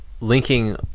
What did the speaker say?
linking